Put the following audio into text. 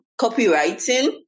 copywriting